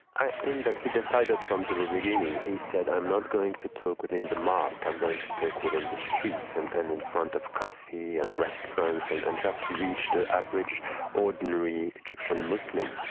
i think that he decided from the beginning, he said, i'm not going to talk within the mosque i'm going to talk within the streets, and and in front of coffee and restaurants, and and just to reach the average ordinary egyptian muslim.